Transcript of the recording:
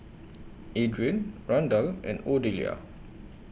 Adrien Randall and Odelia